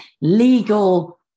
legal